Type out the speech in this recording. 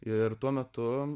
ir tuo metu